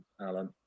Alan